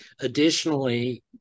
Additionally